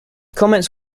comments